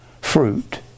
Fruit